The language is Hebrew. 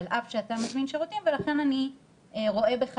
על אף שאתה מזמין שירותים ולכן אני רואה בך,